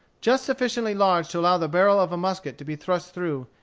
just sufficiently large to allow the barrel of a musket to be thrust through,